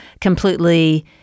completely